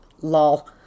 Lol